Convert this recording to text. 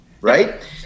right